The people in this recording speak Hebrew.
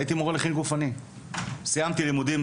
אדוני היושב-ראש,